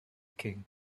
king